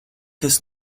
kas